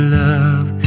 love